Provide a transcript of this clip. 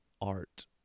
art